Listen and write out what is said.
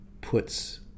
puts